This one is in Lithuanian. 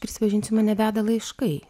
prisipažinsiu mane veda laiškai